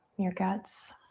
your guts.